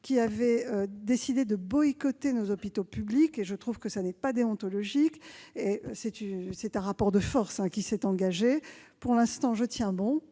qui ont décidé de boycotter nos hôpitaux publics. À mon sens, cette attitude n'est pas déontologique. C'est un rapport de force qui s'est engagé. Pour l'instant, je tiens bon.